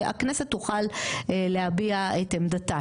שהכנסת תוכל להביע את עמדתה.